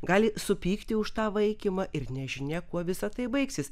gali supykti už tą vaikymą ir nežinia kuo visa tai baigsis